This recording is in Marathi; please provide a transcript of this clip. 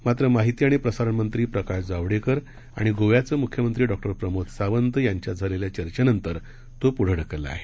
मात्र माहिती आणि प्रसारणमंत्री प्रकाश जावडेकर आणि गोव्याचे मुख्यमंत्री डॉक्टर प्रमोद सावंत यांच्यात झालेल्या चर्चेनंतर तो पुढे ढकलला आहे